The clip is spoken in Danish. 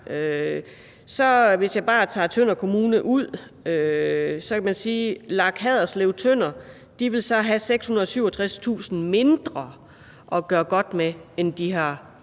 se, hvis jeg bare tager Tønder Kommune ud, at LAG Haderslev-Tønder så vil have 637.000 kr. mindre at gøre godt med, end de har